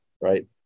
right